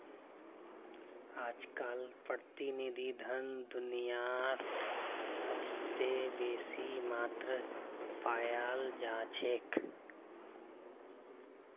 अजकालित प्रतिनिधि धन दुनियात सबस बेसी मात्रात पायाल जा छेक